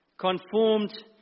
conformed